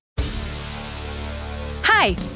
Hi